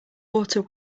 water